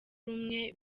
rumwe